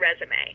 resume